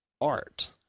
art